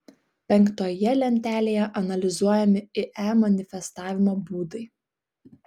penktoje lentelėje analizuojami ie manifestavimo būdai